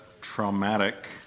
traumatic